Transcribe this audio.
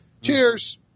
Cheers